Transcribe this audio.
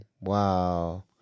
Wow